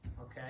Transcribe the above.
okay